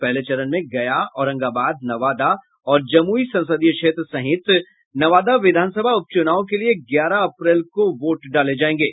पहले चरण में गया औरंगाबाद नवादा और जमुई संसदीय क्षेत्र सहित नवादा विधानसभा उपचुनाव के लिए ग्यारह अप्रैल को वोट डाले जायेंगे